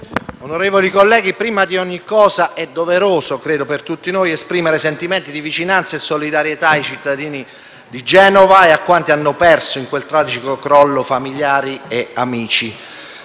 onorevoli colleghi, prima di ogni cosa è doveroso - credo per tutti noi - esprimere sentimenti di vicinanza e solidarietà ai cittadini di Genova e a quanti hanno perso, in quel tragico crollo, familiari e amici.